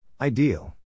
Ideal